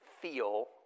feel